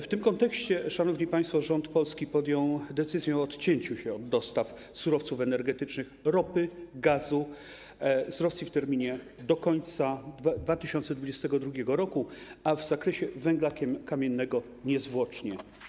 W tym kontekście, szanowni państwo, rząd polski podjął decyzję o odcięciu się od dostaw surowców energetycznych: ropy, gazu z Rosji w terminie do końca 2022 r., a węgla kamiennego - niezwłocznie.